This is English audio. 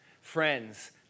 friends